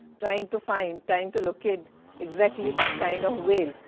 trying to find, trying to locate exactly this kind of whale,